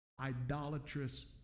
idolatrous